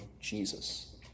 Jesus